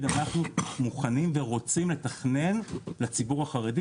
'אנחנו מוכנים ורוצים לתכנן לציבור החרדי'.